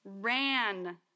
ran